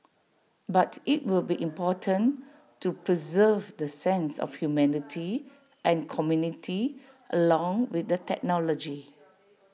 but IT will be important to preserve the sense of humanity and community along with the technology